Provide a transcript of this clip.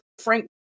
Frank